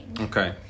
Okay